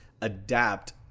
adapt